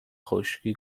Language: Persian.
خشکی